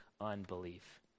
unbelief